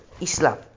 Islam